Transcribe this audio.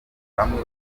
bamwe